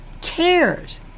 cares